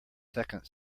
second